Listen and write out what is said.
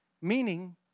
Meaning